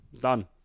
Done